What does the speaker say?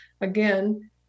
again